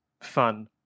fun